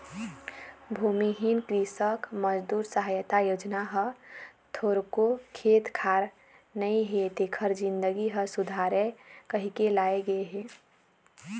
भूमिहीन कृसक मजदूर सहायता योजना ह थोरको खेत खार नइ हे तेखर जिनगी ह सुधरय कहिके लाए गे हे